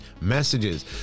messages